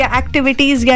activities